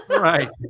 Right